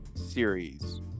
series